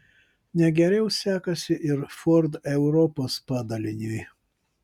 ne geriau sekasi ir ford europos padaliniui